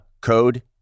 code